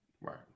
Right